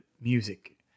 music